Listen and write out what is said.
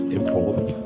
important